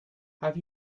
have